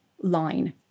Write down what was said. line